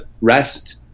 rest